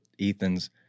Ethan's